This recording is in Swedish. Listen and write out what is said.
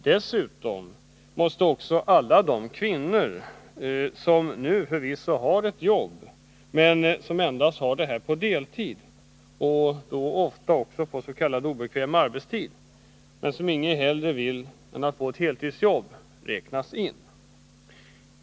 Dessutom måste också alla de kvinnor räknas in som nu förvisso har ett jobb men som endast har detta på deltid och då ofta på s.k. obekväm arbetstid och som inget hellre vill än att få ett heltidsjobb.